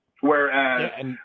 Whereas